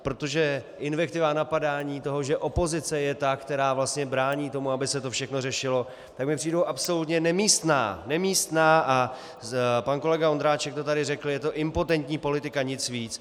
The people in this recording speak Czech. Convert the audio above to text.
Protože invektiva a napadání toho, že opozice je ta, která brání tomu, aby se to všechno řešilo, mi přijdou absolutně nemístné, nemístné, a pan kolega Ondráček to tady řekl je to impotentní politika, nic víc.